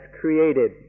created